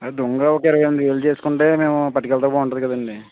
దుంగ ఒక ఇరవై ఎనిమిది వేలు చేసుకుంటే మేము పట్టుకెళ్తానికి బాగుంటుంది కదండీ